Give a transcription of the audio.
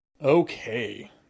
Okay